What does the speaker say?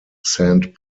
saint